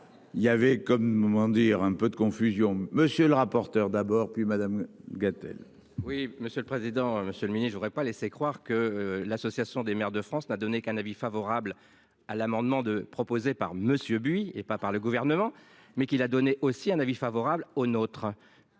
dire un peu de confusion. Monsieur le rapporteur. D'abord, puis madame Maud Gatel. Oui, monsieur le président, Monsieur le midi je aurais pas laisser croire que l'association des maires de France n'a donné qu'un avis favorable à l'amendement de proposé par Monsieur Buy et pas par le gouvernement mais qu'il a donné aussi un avis favorable au nôtre.